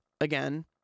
again